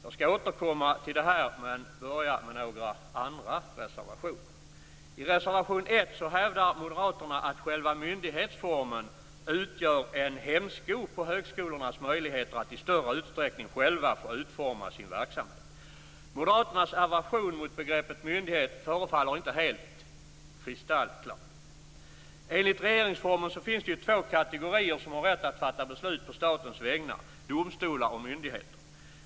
Jag skall återkomma till detta, men jag skall börja med att kommentera några andra reservationer. I reservation 1 hävdar Moderaterna att själva myndighetsformen utgör en hämsko på högskolornas möjligheter att i större utsträckning själva få utforma sin verksamhet. Moderaternas aversion mot begreppet myndighet förefaller inte helt kristallklar. Enligt regeringsformen finns det två kategorier som har rätt att fatta beslut på statens vägnar: domstolar och myndigheter.